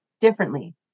differently